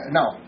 now